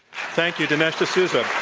thank you. dinesh d'souza.